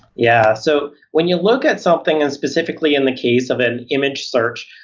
yeah. so when you look at something and specifically in the case of an image search,